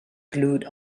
glued